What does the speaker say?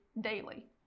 daily